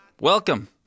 Welcome